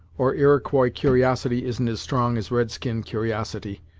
or iroquois cur'osity isn't as strong as red-skin cur'osity,